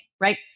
right